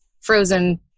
frozen